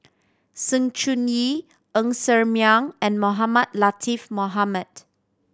Sng Choon Yee Ng Ser Miang and Mohamed Latiff Mohamed